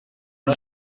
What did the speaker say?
una